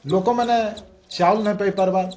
ଲୋକ ମାନେ ଚାଉଲ୍ ନେଇ ପାଇ ପାରବାର୍